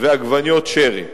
ועגבניות שרי.